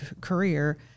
career